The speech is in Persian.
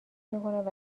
میکند